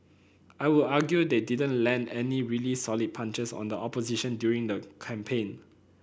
I would argue they didn't land any really solid punches on the opposition during the campaign